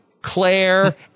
Claire